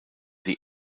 die